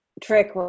trick